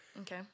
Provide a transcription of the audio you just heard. Okay